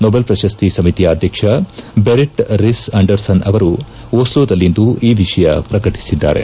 Nobel ಪ್ರಶಸ್ತಿ ಸಮಿತಿಯ ಅಧ್ಯಕ್ಷ ದೆರಿಟ್ ರಿಸ್ ಅಂಡರ್ಸನ್ ಅವರು ಒಸ್ಲೋದಲ್ಲಿಂದು ಈ ವಿಷಯ ಪ್ರಕಟಿಸಿದ್ದಾರೆ